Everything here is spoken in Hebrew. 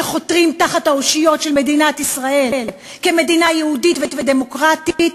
שחותרים תחת אושיות מדינת ישראל כמדינה יהודית ודמוקרטית,